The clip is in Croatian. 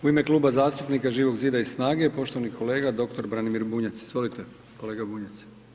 U ime Kluba zastupnika Živog zida i SNAGA-e, poštovani kolega doktor Branimir Bunjac, izvolite, kolega Bunjac.